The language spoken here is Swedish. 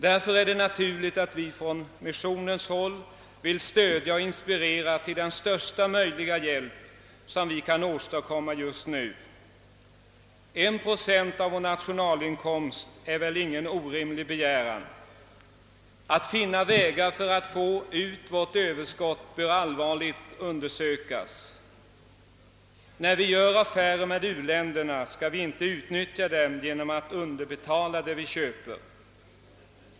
Därför är det naturligt att vi från missionens håll vill stödja och inspirera till den största möjliga hjälp som går att åstadkomma just nu. 1 procent av vår nationalinkomst är väl ingen orimlig begäran. Att finna vägar för att få ut vårt livsmedelsöverskott till u-länderna bör allvarligt undersökas. När vi gör affärer med u-länderna skall vi inte utnyttja dem genom att underbetala det vi köper.